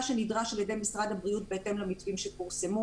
שנדרש על ידי משרד הבריאות בהתאם למתווים שפורסמו.